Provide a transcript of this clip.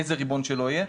איזה ריבון שלא יהיה,